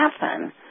happen